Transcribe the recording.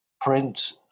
print